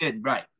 Right